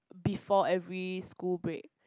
before every school break